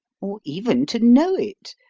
or even to know it,